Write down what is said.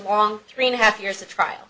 long three and a half years of trial